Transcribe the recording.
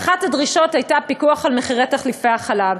ואחת הדרישות הייתה פיקוח על מחירי תחליפי החלב.